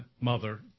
Mother